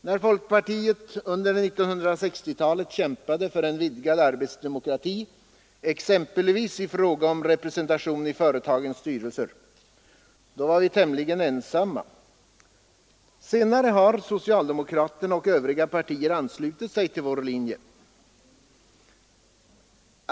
När folkpartiet under 1960 talet kämpade för en vidgad arbetsdemokrati, exempelvis i fråga om representation i företagens styrelser, då var vi tämligen ensamma. Senare har socialdemokraterna och övriga partier anslutit sig till vår linje.